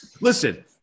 Listen